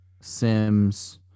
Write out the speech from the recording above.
Sims